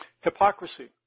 hypocrisy